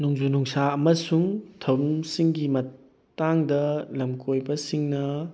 ꯅꯣꯡꯖꯨ ꯅꯨꯡꯁꯥ ꯑꯃꯁꯨꯡ ꯊꯧꯔꯝꯁꯤꯡꯒꯤ ꯃꯇꯥꯡꯗ ꯂꯝ ꯀꯣꯏꯕ ꯁꯤꯡꯅ